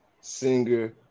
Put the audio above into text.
singer